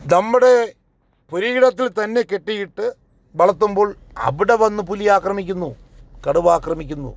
നമ്മുടെ പുരയിടത്തിൽ തന്നെ കെട്ടിയിട്ട് വളർത്തുമ്പോൾ അവിടെവന്ന് പുലി ആക്രമിക്കുന്നു കടുവ ആക്രമിക്കുന്നു